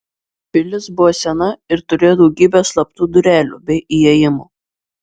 pilis buvo sena ir turėjo daugybę slaptų durelių bei įėjimų